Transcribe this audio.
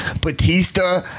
Batista